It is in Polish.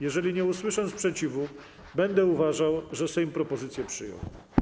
Jeżeli nie usłyszę sprzeciwu, będę uważał, że Sejm propozycję przyjął.